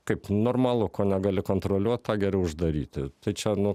kaip normalu ko negali kontroliuot tą geriau uždaryti tai čia nu